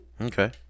Okay